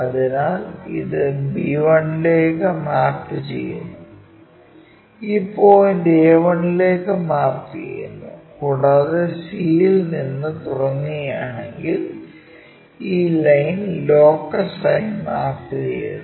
അതിനാൽ ഇത് b1 ലേക്ക് മാപ്പുചെയ്യുന്നു ഈ പോയിന്റ് a1 ലേക്ക് മാപ്പുചെയ്യുന്നു കൂടാതെ c യിൽ നിന്ന് തുടങ്ങുകയാണെങ്കിൽ ഈ ലൈൻ ലോക്കസായി മാപ്പ് ചെയ്യുന്നു